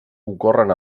ocorren